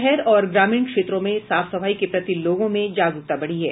शहर और ग्रामीण क्षेत्रों में साफ सफाई के प्रति लोगों में जागरूकता बढ़ी है